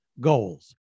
goals